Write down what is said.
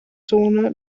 zone